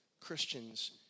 Christians